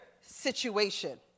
situation